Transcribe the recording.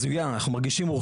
והאלוף כבר חתם.